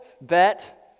bet